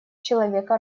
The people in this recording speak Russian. человека